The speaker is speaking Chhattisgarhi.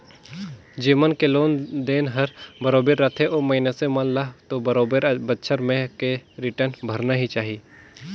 जेमन के लोन देन हर बरोबर रथे ओ मइनसे मन ल तो बरोबर बच्छर में के रिटर्न भरना ही चाही